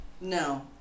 No